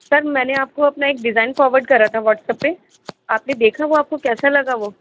سر میں نے آپ کو اپنا ایک ڈیزائن فارورڈ کرا تھا واٹس ایپ پہ آپ نے دیکھا وہ آپ کو کیسا لگا وہ